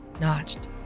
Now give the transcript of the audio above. notched